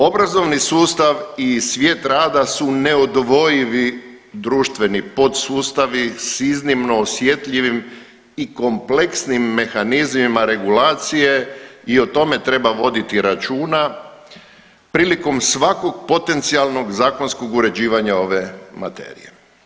Obrazovni sustav i svijet rada su neodvojivi društveni podsustavi s iznimno osjetljivim i kompleksnim mehanizmima regulacije i o tome treba voditi računa prilikom svakog potencijalnog zakonskog uređivanja ove materije.